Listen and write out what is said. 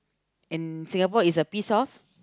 in Singapore is a piece of